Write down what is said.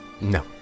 no